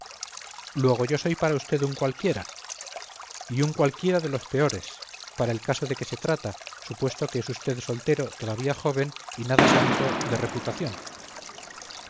luego yo soy para usted un cualquiera y un cualquiera de los peores para el caso de que se trata supuesto que es usted soltero todavía joven y nada santo de reputación